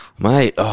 Mate